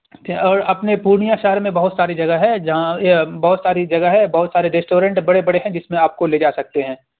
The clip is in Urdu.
اور اپنے پورنیا شہر میں بہت ساری جگہ ہے جہاں بہت ساری جگہ ہے بہت سارے ریسٹورنٹ بڑے بڑے ہیں جس میں آپ کو لے جا سکتے ہیں